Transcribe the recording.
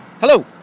Hello